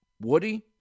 Woody